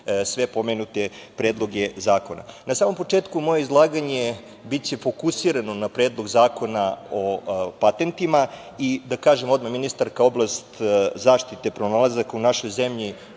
sve pomenute predloge zakona. Na samom početku moje izlaganje biće fokusirano na Predlog zakona o patentima i da kažem odmah, ministarka oblast zaštite pronalazaka u našoj zemlji